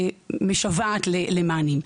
משוועת למענים.